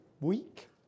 week